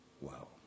Wow